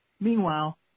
Meanwhile